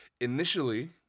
Initially